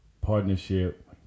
partnership